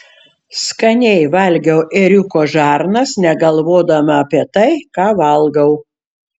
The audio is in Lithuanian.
skaniai valgiau ėriuko žarnas negalvodama apie tai ką valgau